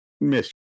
miss